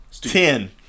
Ten